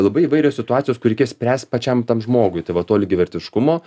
labai įvairios situacijos kur reikės spręst pačiam tam žmogui tai va to lygiavertiškumo